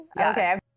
Okay